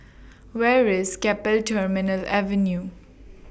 Where IS Keppel Terminal Avenue